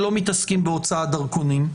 שלא מתעסקים בהוצאת דרכונים,